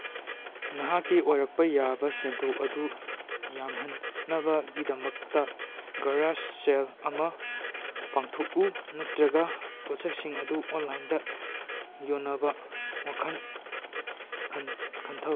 ꯅꯍꯥꯛꯀꯤ ꯑꯣꯏꯔꯛꯄ ꯌꯥꯕ ꯁꯦꯟꯊꯣꯛ ꯑꯗꯨ ꯌꯥꯝꯍꯟꯅꯕꯒꯤꯗꯃꯛꯇ ꯒꯔꯥꯁ ꯁꯦꯜ ꯑꯃ ꯄꯥꯡꯊꯣꯛꯎ ꯅꯠꯇ꯭ꯔꯒ ꯄꯣꯠꯁꯛꯁꯤꯡ ꯑꯗꯨ ꯑꯣꯟꯂꯥꯏꯟꯗ ꯌꯣꯟꯅꯕ ꯋꯥꯈꯟ ꯈꯟꯊꯧ